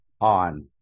on